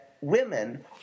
Women